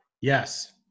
Yes